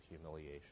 humiliation